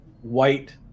white